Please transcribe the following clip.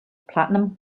platinum